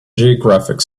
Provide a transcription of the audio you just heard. geographic